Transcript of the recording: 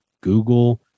Google